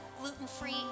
gluten-free